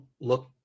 look